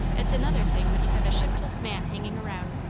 it's another thing when you have a shiftless man hanging round,